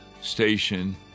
station